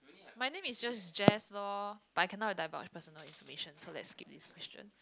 my name is just Jess loh but I cannot divulge personal information so let's skip this question